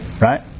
right